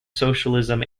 socialism